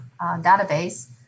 database